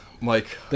Mike